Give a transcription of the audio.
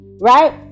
right